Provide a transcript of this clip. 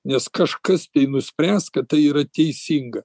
nes kažkas tai nuspręs kad tai yra teisinga